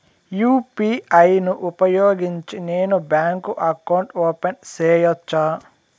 UPI ను ఉపయోగించి నేను బ్యాంకు అకౌంట్ ఓపెన్ సేయొచ్చా?